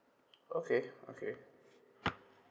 okay okay